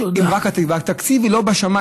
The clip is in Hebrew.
והתקציב לא בשמיים.